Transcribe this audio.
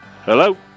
Hello